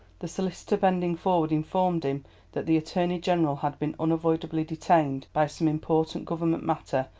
the solicitor bending forward informed him that the attorney-general had been unavoidably detained by some important government matter,